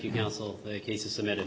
you counsel the cases submitted